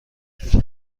پیش